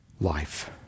life